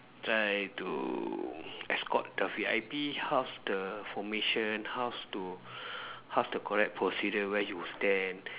try to escort the V_I_P how's the formation how's to how's the correct procedure where you stand